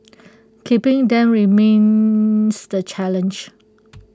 keeping them remains the challenge